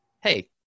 Hey